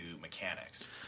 mechanics